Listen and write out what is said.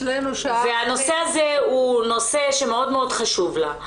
והנושא הזה הוא נושא שמאוד חשוב מאוד חשוב לה,